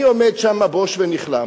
אני עומד שם בוש ונכלם,